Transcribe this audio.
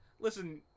Listen